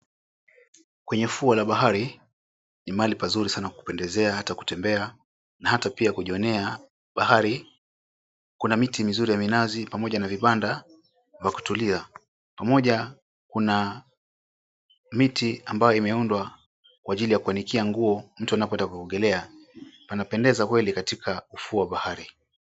Kwenye ufuo wa bahari ni mahali pazuri sana pa kupendeza hata kwa kutembea na hata pia kujionea ufukwe. Kuna miti mizuri ya minazi pamoja na vibanda vya kutulia. Kuna miti ambayo imeundwa kwa ajili ya kuanikia nguo mtu anapoenda kuogelea. Panapendeza kweli katika ufuo wa bahari.